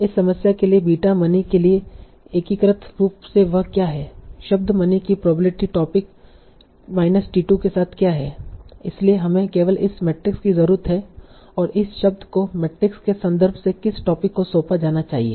इस समस्या के लिए बीटा मनी के लिए एकीकृत रूप से वह क्या है शब्द मनी की प्रोबेबिलिटी टोपिक t2 के साथ क्या है इसलिए हमें केवल इस मैट्रिक्स की जरुरत है और इस शब्द को मैट्रिक्स के संदर्भ से किस टोपिक को सौंपा जाना चाहिए